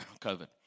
COVID